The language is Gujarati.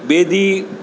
બેદી